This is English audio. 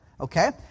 Okay